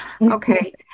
okay